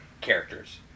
characters